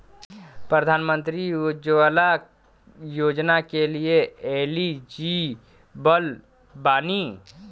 प्रधानमंत्री उज्जवला योजना के लिए एलिजिबल बानी?